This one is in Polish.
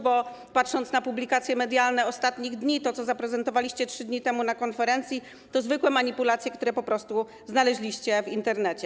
Bo patrząc na publikacje medialne ostatnich dni, to, co zaprezentowaliście 3 dni temu na konferencji, to zwykłe manipulacje, które po prostu znaleźliście w Internecie.